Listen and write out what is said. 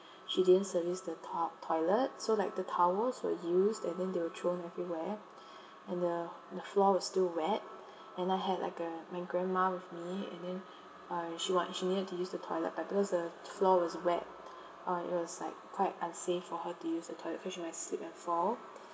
she didn't service the to~ toilet so like the towels were used and then they were thrown everywhere and the the floor was still wet and I had like uh my grandma with me and then uh she want she needed to use the toilet but because the floor was wet uh it was like quite unsafe for her to use the toilet cause she might slip and fall